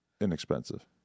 inexpensive